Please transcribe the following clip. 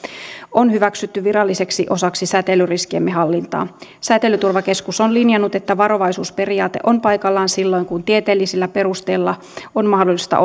on hyväksytty viralliseksi osaksi säteilyriskiemme hallintaa säteilyturvakeskus on linjannut että varovaisuusperiaate on paikallaan silloin kun tieteellisillä perusteilla on mahdollista